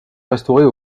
restaurer